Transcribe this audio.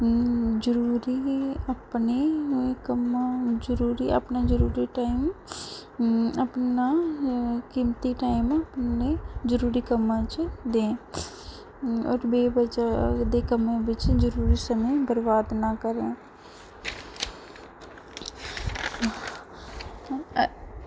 जरूरी अपने अपने जरूरी अपने जरूरी टाईम अपना कीमती टाईम उनें जरूरी कम्मां ई दें होर बेबजह दे जरूरी कम्में ई समां बरबाद निं करें